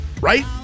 right